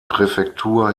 präfektur